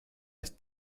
eest